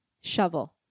shovel